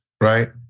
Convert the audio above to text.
right